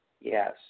Yes